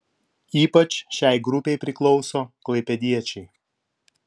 ypač šiai grupei priklauso klaipėdiečiai